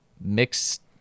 Mixed